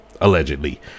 allegedly